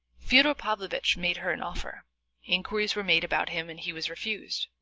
fyodor pavlovitch made her an offer inquiries were made about him and he was refused.